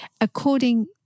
according